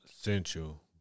essential